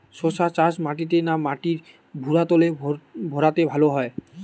শশা চাষ মাটিতে না মাটির ভুরাতুলে ভেরাতে ভালো হয়?